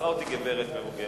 עצרה אותי גברת מבוגרת,